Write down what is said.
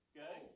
Okay